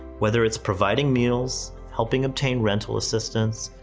whether it's providing meals, helping obtain rental assistance,